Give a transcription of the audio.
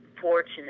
fortunate